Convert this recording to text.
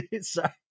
Sorry